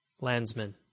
Landsman